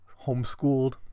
homeschooled